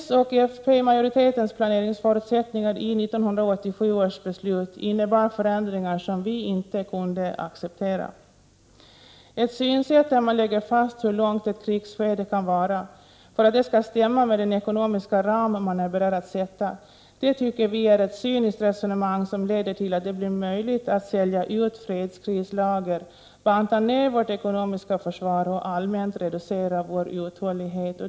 S och fp-majoritetens planeringsförutsättningar i 1987 års beslut innebar förändringar som vi inte kunde acceptera. Ett synsätt där man lägger fast hur långt ett krigsskede kan vara för att det skall stämma med den ekonomiska ram man är beredd att sätta, tycker vi är ett cyniskt resonemang som leder till att det blir möjligt att sälja ut fredskrislager, banta ner vårt ekonomiska försvar och allmänt reducera vår uthållighet.